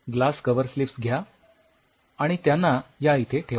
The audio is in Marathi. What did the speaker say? ग्लास कव्हरस्लिप्स घ्या आणि त्यांना या इथे ठेवा